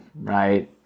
Right